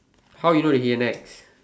how you know that he at NEX